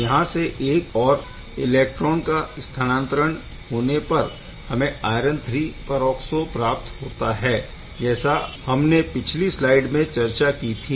यहाँ से एक और इलेक्ट्रॉन का स्थानांतरण होने पर हमें आयरन III परऑक्सो प्राप्त होता है जैसा हमने पिछली स्लाइड में चर्चा की थी